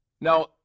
Now